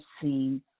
seen